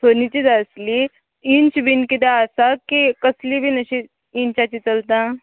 सोनीची जाय आसली इंच बीन किदें आसा की कसली बीन अशी इंचाची चलता